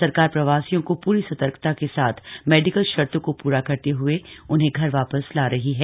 सरकार प्रवासियों को पूरी सतर्कता के साथ मेडिकल शर्तो को पूरा करते हुए उन्हें घर वापस ला रही है